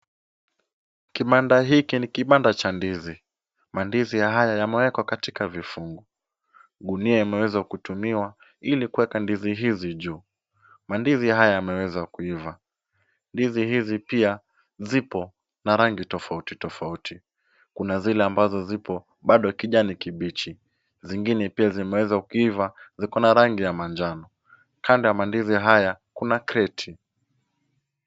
Kibanda hiki ni kibanda cha ndizi. Mandizi haya yamewekwa katika vifungu. Gunia imeweza kutumiwa ili kuweka ndizi hizi juu. Mandizi haya yameweza kuiva. Ndizi hizi pia zipo na rangi tofauti tofauti. Kuna zile ambazo zipo bado kijani kibichi. Zingine pia zimeweza kuiva, zikona rangi ya manjano. Kando ya mandizi haya kuna kreti.